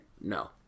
No